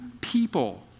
people